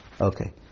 Okay